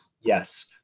yes